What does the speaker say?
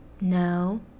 No